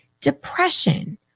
depression